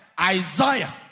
Isaiah